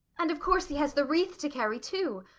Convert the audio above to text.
and of course he has the wreath to carry too.